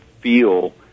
feel